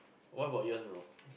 what about yours bro